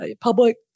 public